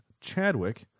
Chadwick